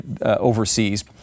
overseas